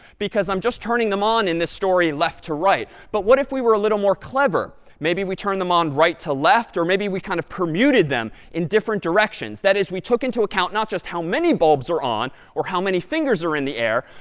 because i'm just turning them on, in this story, left to right. but what if we were a little more clever? maybe we turn them on right to left, or maybe we kind of permuted them in different directions? that is, we took into account not just how many bulbs are on or how many fingers are in the air,